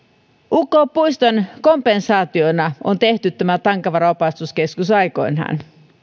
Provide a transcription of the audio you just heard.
uk puiston kompensaationa on on tehty tämä tankavaaran opastuskeskus aikoinaan